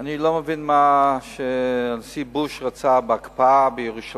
אני לא מבין מה הנשיא אובמה רצה בהקפאה בירושלים,